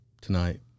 tonight